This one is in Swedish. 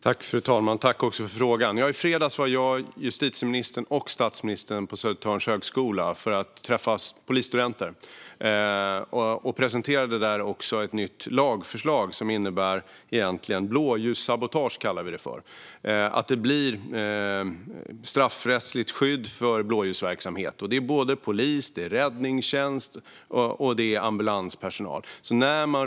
Fru talman! Tack för frågan! I fredags var jag, justitieministern och statsministern på Södertörns högskola för att träffa polisstudenter. Vi presenterade då också ett nytt lagförslag som gäller vad vi kallar för blåljussabotage och innebär att det införs ett straffrättsligt skydd för blåljusverksamhet - polis, räddningstjänst och ambulanspersonal.